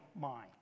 mind